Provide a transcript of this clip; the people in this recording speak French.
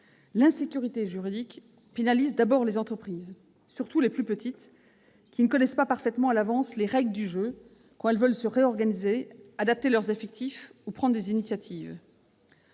L'insécurité juridique pénalise d'abord les entreprises, surtout les plus petites, qui ne connaissent pas parfaitement à l'avance les règles du jeu quand elles veulent se réorganiser, adapter leurs effectifs ou prendre des initiatives.